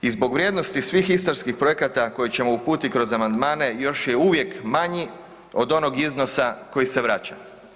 I zbog vrijednosti svih istarskih projekata koje ćemo uputiti kroz amandmane još je uvijek manji od onog iznosa koji se vraća.